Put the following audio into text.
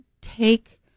take